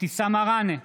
אבתיסאם מראענה,